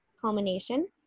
culmination